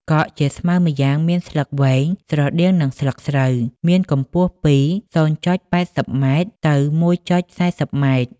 កក់ជាស្មៅម្យ៉ាងមានស្លឹកវែង ស្រដៀងនឹងស្លឹកស្រូវ មានកំពស់ ពី ០,៨០ ម៉ែត្រទៅ ១,៤០ ម៉ែត្រ ។